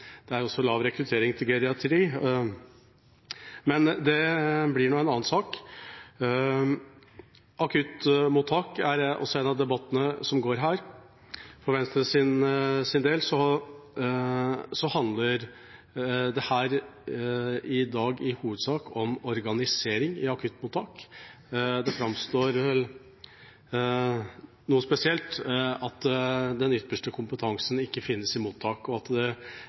Det er også lav rekruttering til geriatri, men det blir en annen sak. En av debattene som går her, er om akuttmottak. For Venstres del handler dette i dag i hovedsak om organisering i akuttmottak. Det framstår noe spesielt at den ypperste kompetansen ikke finnes i mottak, og at mange der blir overlatt til seg selv tidlig i sin praksis. Det